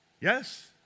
Yes